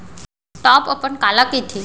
Top अपन काला कहिथे?